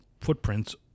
footprints